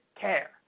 care